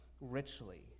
richly